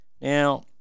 Now